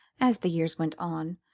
as the years went on,